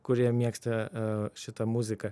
kurie mėgsta šitą muziką